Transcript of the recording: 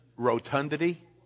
Rotundity